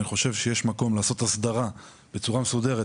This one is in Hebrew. אני חושב שיש מקום לעשות הסדרה בצורה מסודרת.